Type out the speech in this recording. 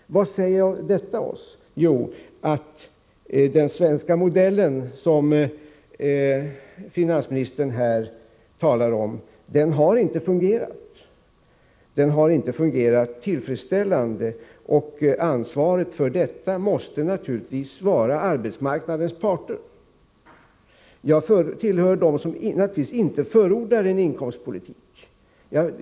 Vad säger detta oss? Jo, att den svenska modellen, som finansministern här talar om, inte har fungerat. Den har inte fungerat tillfredsställande och ansvaret för detta måste naturligtvis falla på arbetsmarknadens parter. Jag tillhör dem som inte förordar en inkomstpolitik.